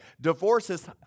Divorces